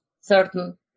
certain